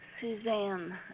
Suzanne